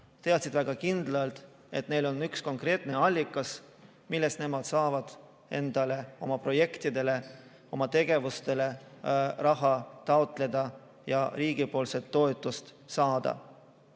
teadsid väga kindlalt, et neil on üks konkreetne allikas, millest nemad saavad endale – oma projektidele, oma tegevustele – raha taotleda ja riigipoolset toetust saada.